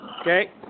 Okay